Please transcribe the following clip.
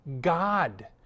God